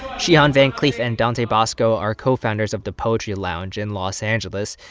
shihan van clief and dante basco are co-founders of da poetry lounge in los angeles.